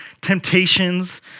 temptations